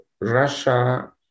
Russia